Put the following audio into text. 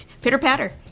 Pitter-patter